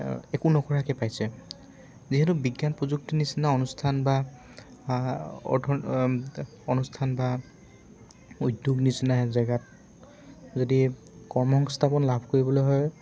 একো নকৰাকৈ পাইছে যিহেতু বিজ্ঞান প্ৰযুক্তিৰ নিচিনা অনুষ্ঠান বা অনুষ্ঠান বা উদ্যোগ নিচিনা জেগাত যদি কৰ্ম সংস্থাপন লাভ কৰিবলৈ হয়